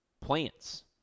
plants